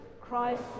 Christ